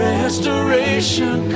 Restoration